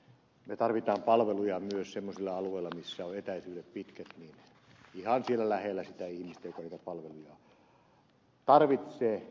reijonen että me tarvitsemme palveluja myös semmoisilla alueilla missä etäisyydet ovat pitkät ihan siellä lähellä sitä ihmistä joka niitä palveluja tarvitsee